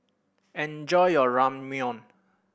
enjoy your Ramyeon